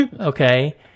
okay